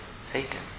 Satan